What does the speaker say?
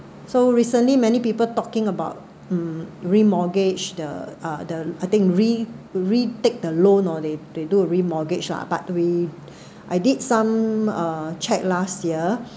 so recently many people talking about mm re-mortgaged the uh the I think re re take the loan or they they do re-mortgaged lah but we I did some uh checked last year